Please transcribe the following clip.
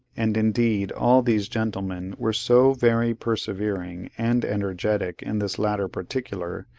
and indeed all these gentlemen were so very persevering and energetic in this latter particular,